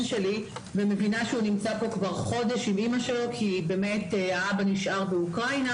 שלי ומבינה שהוא נמצא כאן כבר חודש עם אימא שלו כי הבא נשאר באוקראינה